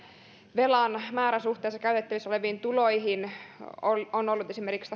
velan määrä suhteessa käytettävissä oleviin tuloihin on on ollut esimerkiksi